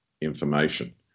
information